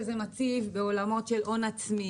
אם זה עולמות של הון עצמי,